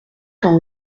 sans